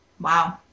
Wow